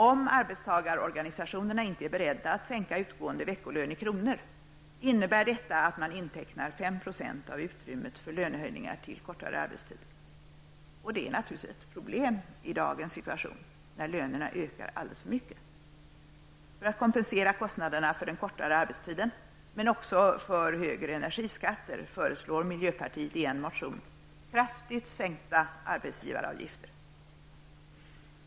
Om arbetstagarorganisationerna inte är beredda att sänka utgående veckolön i kronor, innebär det att man intecknar 5 % av utrymmet för lönehöjningar till kortare arbetstid. Det är naturligtvis ett problem i dagens situation, när lönerna ökar alldeles för mycket. För att kompensera kostnaderna för den kortare arbetstiden, men också för högre energiskatter, föreslår miljöpartiet i en motion kraftigt sänkta arbetsgivaravgifter.